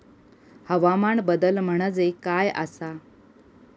हवामान बदल म्हणजे काय आसा?